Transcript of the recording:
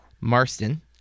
Marston